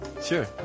sure